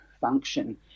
function